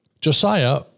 Josiah